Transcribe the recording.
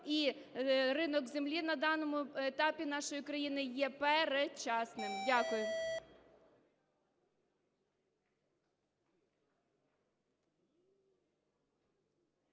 і ринок землі на даному етапі нашої країни є передчасним. Дякую.